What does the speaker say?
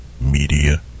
Media